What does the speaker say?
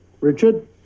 Richard